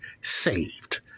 saved